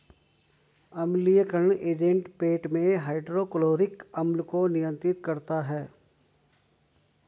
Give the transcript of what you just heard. अम्लीयकरण एजेंट पेट में हाइड्रोक्लोरिक अम्ल को नियंत्रित करता है